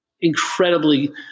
incredibly